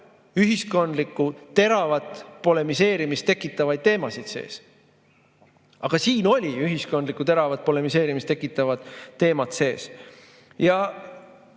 ühiskonnas teravat polemiseerimist tekitavaid teemasid sees. Aga siin oli ühiskonnas teravat polemiseerimist tekitavad teemad sees. Ma